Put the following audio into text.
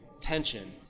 tension